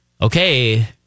okay